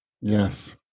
Yes